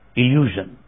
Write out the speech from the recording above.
illusion